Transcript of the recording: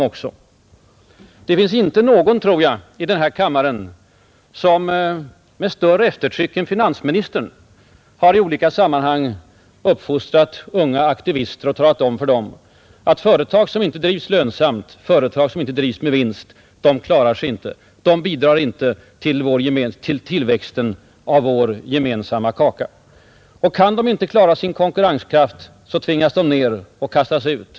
Jag tror inte att det i denna kammare finns någon som med större eftertryck än finansministern i olika sammanhang har uppfostrat unga aktivister och talat om för dem att företag, som inte drivs med vinst och inte klarar sig, heller inte bidrar till tillväxten av vår gemensamma kaka. Om de inte har konkurrenskraft, tvingas de ned och kastas ut.